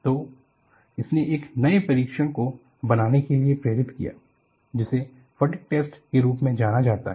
तो इसने एक नए परीक्षण को बनाने के लिए प्रेरित किया जिसे फटिग टेस्ट के रूप में जाना जाता है